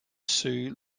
sioux